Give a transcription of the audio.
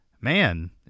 Man